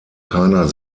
keiner